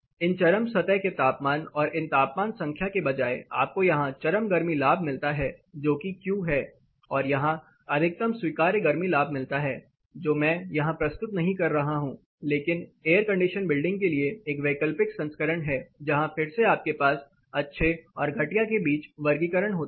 इन चरम सतह के तापमान और इन तापमान संख्या के बजाय आपको यहां चरम गर्मी लाभ मिलता है जो कि क्यू है और यहां अधिकतम स्वीकार्य गर्मी लाभ मिलते है जो मैं यहां प्रस्तुत नहीं कर रहा हूं लेकिन एयर कंडीशन बिल्डिंग के लिए एक वैकल्पिक संस्करण है जहां फिर से आपके पास 'अच्छे' और 'घटिया' के बीच एक वर्गीकरण होता है